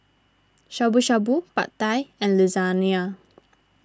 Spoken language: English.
Shabu Shabu Pad Thai and Lasagna